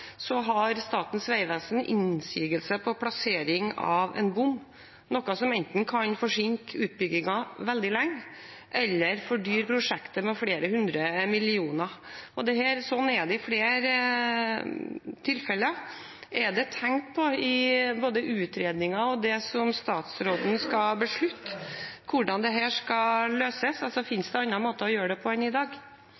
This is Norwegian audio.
noe som enten kan forsinke utbyggingen veldig lenge eller fordyre prosjektet med flere hundre millioner kroner. Og sånn er det i flere tilfeller. Er det tenkt på, både i utredningen og det som statsråden skal beslutte, hvordan dette skal løses? Altså: